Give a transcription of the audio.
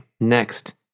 next